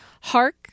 Hark